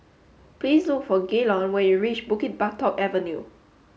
please look for Gaylon when you reach Bukit Batok Avenue